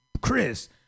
Chris